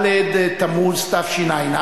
ד' תמוז תשע"א,